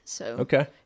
Okay